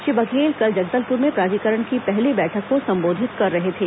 श्री बघेल कल जगदलपुर में प्राधिकरण की पहली बैठक को संबोधित कर रहे थे